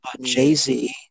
Jay-Z